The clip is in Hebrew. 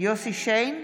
יוסף שיין,